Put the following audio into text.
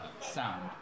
sound